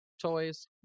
toys